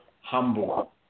humble